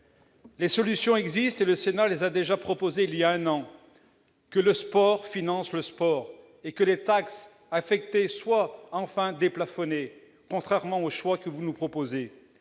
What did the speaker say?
Les solutions existent ; le Sénat les a déjà proposées voilà un an. Il s'agit que le sport finance le sport et que les taxes affectées soient enfin déplafonnées, contrairement aux choix que vous nous proposez.